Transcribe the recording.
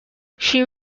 she